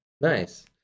Nice